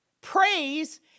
Praise